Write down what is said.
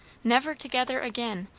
never together again!